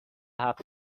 هفت